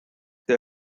they